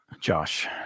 Josh